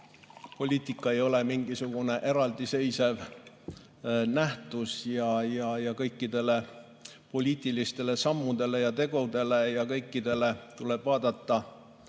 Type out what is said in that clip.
poliitika ei ole mingisugune eraldiseisev nähtus. Kõikide poliitiliste sammude ja tegude puhul tuleb vaadata